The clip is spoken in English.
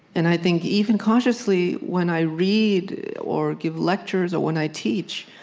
and i think, even consciously, when i read or give lectures or when i teach,